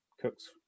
Cooks